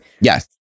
yes